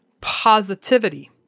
positivity